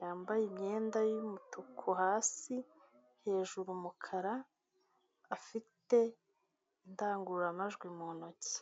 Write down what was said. yambaye imyenda y'umutuku hasi, hejuru umukara afite indangururamajwi mu ntoki.